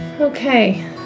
okay